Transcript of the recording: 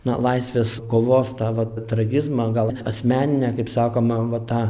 na laisvės kovos tą vat tragizmą gal asmeninę kaip sakoma va tą